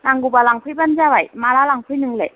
नांगौबा लांफैबानो जाबाय माला लांफैनो नोंलाय